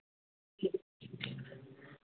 ठीक ठीक